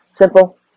Simple